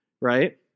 Right